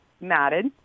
matted